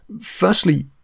Firstly